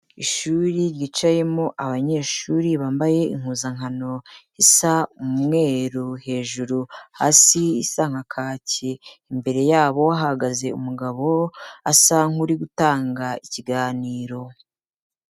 Ishuri ryicayemo abanyeshuri bambaye impuzankano isa umweru hejuru hasi isanga nka kake, imbere yabo hahagaze umugabo asa nk'uri gutanga ikiganiro.